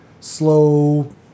slow